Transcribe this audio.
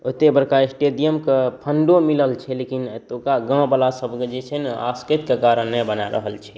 ओते बड़का स्टेडियमके फन्डो मिलल छै लेकिन एतुका गाँववला सबके जे छै ने से आसकति के कारण नहि बैन रहल छै